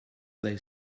they